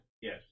Yes